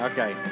Okay